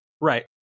Right